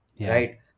right